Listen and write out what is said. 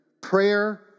Prayer